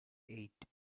eight